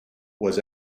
was